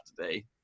today